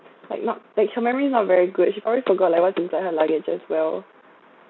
like not like her memory is not very good she always forgot like what's inside her luggages well